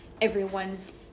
everyone's